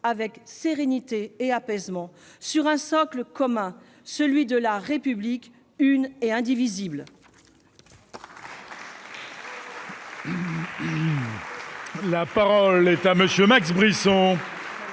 avec sérénité et apaisement, sur un socle commun : la République une et indivisible